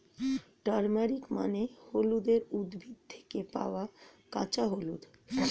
turmeric মানে হলুদের উদ্ভিদ থেকে পাওয়া কাঁচা হলুদ